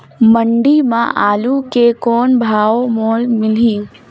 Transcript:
मंडी म आलू के कौन भाव मोल मिलही?